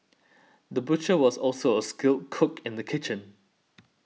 the butcher was also a skilled cook in the kitchen